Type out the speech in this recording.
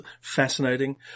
fascinating